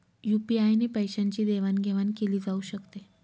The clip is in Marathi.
यु.पी.आय ने पैशांची देवाणघेवाण केली जाऊ शकते